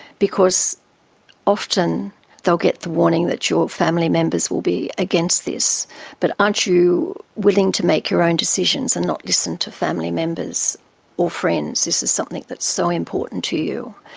because often they'll get the warning that your family members will be against this but aren't you willing to make your own decisions and not listen to family members or friends this is something that's so important to you.